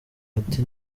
ati